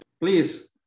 Please